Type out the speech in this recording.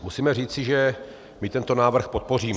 Musíme říci, že my tento návrh podpoříme.